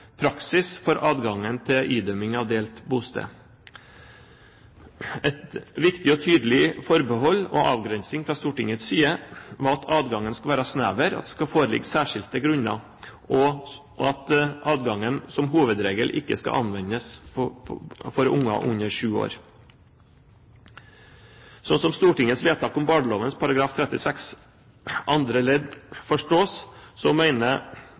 praksis for adgangen til idømming av delt bosted. Et viktig og tydelig forbehold – og avgrensing – fra Stortingets side var at adgangen skulle være snever, at det skulle foreligge særskilte grunner, og at adgangen som hovedregel ikke skal anvendes for barn under sju år. Slik Stortingets vedtak om barneloven § 36 andre ledd forstås,